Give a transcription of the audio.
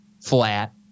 flat